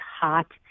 hot